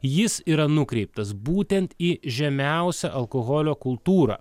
jis yra nukreiptas būtent į žemiausią alkoholio kultūrą